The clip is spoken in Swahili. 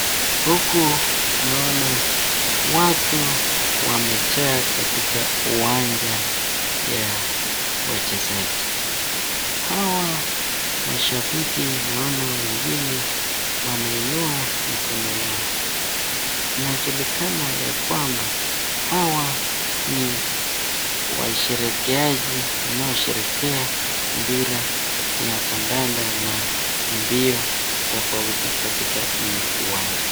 Huku naona watu wamejaa katika uwanja ya wachezaji. Hawa mashabiki naona wengine wanaainua mikono yao. Inajulikana ya kwamba hawa ni washerekeaji wanaosherehekea mpira ya kandanda na mbio tofauti katika hii uwanja.